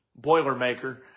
Boilermaker